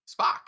Spock